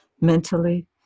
mentally